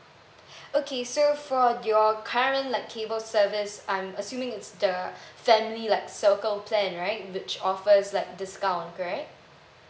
okay so for your current like cable service I'm assuming it's the family like circle plan right which offers like discount correct